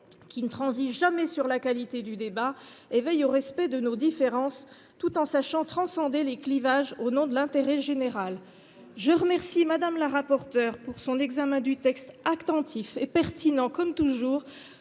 qui ne transige jamais sur la qualité du débat et veille au respect de nos différences, tout en sachant transcender les clivages au nom de l’intérêt général. Je remercie Mme le rapporteur de l’examen attentif et pertinent du texte